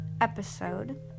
episode